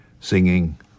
singing